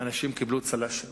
אנשים קיבלו צל"שים.